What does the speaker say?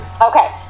Okay